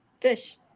fish